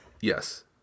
Yes